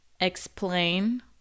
explain